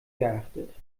geachtet